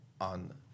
on